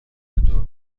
چطور